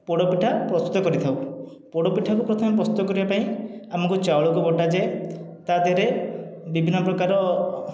ପୋଡ଼ପିଠା ପ୍ରସ୍ତୁତ କରିଥାଉ ପୋଡ଼ପିଠାକୁ ପ୍ରଥମେ ପ୍ରସ୍ତୁତ କରିବାପାଇଁ ଆମକୁ ଚାଉଳକୁ ବଟାଯାଏ ତା' ଦେହରେ ବିଭିନ୍ନ ପ୍ରକାର